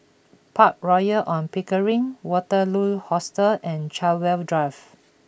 Park Royal On Pickering Waterloo Hostel and Chartwell Drive